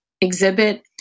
exhibit